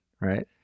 right